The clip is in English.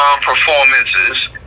Performances